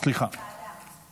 רגע, אבל איזו ועדה?